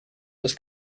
das